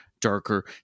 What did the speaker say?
darker